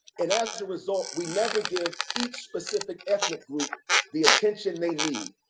and as a result, we never give each specific ethnic group the attention they need.